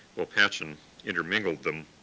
while patchen intermingled them,